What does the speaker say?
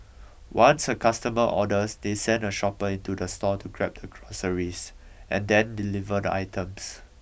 once a customer orders they send a shopper into the store to grab the groceries and then deliver the items